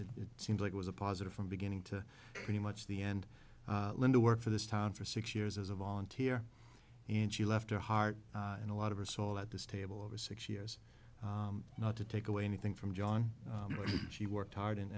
it seemed like it was a positive from beginning to pretty much the end linda worked for this town for six years as a volunteer and she left her heart and a lot of her soul at this table over six years not to take away anything from john she worked hard and